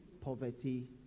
poverty